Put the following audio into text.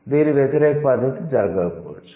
దీని వ్యతిరేక పద్ధతి జరగకపోవచ్చు